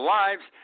lives